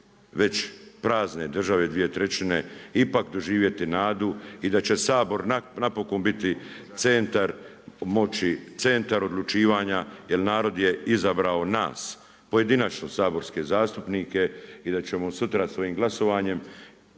već prazne države dvije trećine ipak doživjeti nadu i da će Sabor napokon biti centar moći, centar odlučivanja jer narod je izabrao nas pojedinačno saborske zastupnike. I da ćemo sutra svojim glasovanjem